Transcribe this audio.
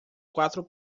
quatro